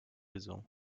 gesungen